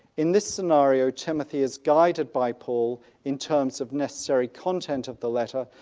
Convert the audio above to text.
in this scenario, timothy is guided by paul in terms of necessary content of the letter,